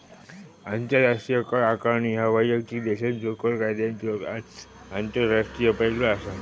आंतरराष्ट्रीय कर आकारणी ह्या वैयक्तिक देशाच्यो कर कायद्यांचो आंतरराष्ट्रीय पैलू असा